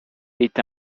est